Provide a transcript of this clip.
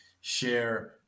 share